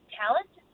talent